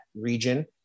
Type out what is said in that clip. region